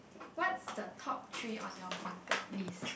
what's the top three on your bucket list